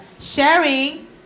sharing